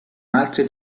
altre